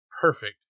Perfect